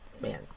Man